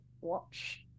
watch